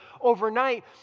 overnight